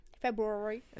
February